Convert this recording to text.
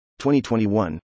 2021